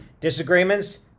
disagreements